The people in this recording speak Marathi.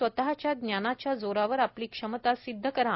स्वतःच्या ज्ञानाच्या जोरावर आपली क्षमता सिद्ध करा